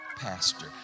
pastor